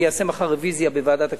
אני אעשה מחר רוויזיה בוועדת הכספים,